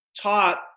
taught